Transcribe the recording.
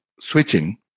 switching